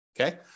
Okay